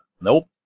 Nope